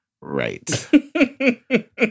Right